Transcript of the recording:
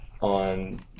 on